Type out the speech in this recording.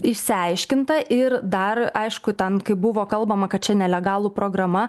išsiaiškinta ir dar aišku ten kaip buvo kalbama kad čia nelegalų programa